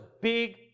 big